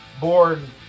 born